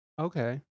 Okay